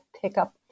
pickup